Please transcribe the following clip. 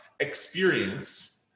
experience